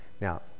Now